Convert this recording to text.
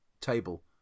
table